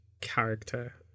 character